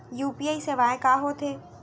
UPI सेवाएं का होथे